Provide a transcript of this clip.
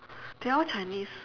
they are all chinese